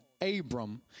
Abram